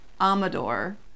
Amador